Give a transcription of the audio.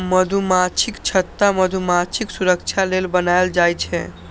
मधुमाछीक छत्ता मधुमाछीक सुरक्षा लेल बनाएल जाइ छै